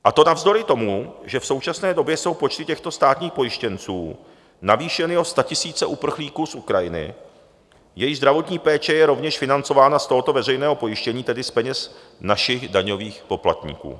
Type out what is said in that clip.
A to navzdory tomu, že v současné době jsou počty těchto státních pojištěnců navýšeny o statisíce uprchlíků z Ukrajiny, jejichž zdravotní péče je rovněž financována z tohoto veřejného pojištění, tedy z peněz našich daňových poplatníků.